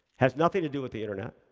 has nothing to do with the internet,